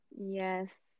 Yes